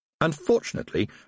Unfortunately